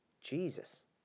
Jesus